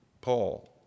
Paul